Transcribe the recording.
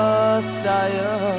Messiah